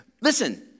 Listen